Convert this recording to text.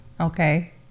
Okay